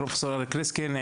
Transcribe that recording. פרופ' אריק ריסקין,